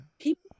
People